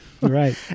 Right